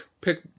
pick